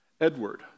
Edward